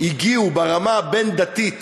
הגיעו ברמה הבין-דתית